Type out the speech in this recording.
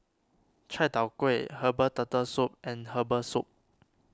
Chai Tow Kuay Herbal Turtle Soup and Herbal Soup